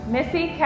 Missy